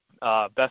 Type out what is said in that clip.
Best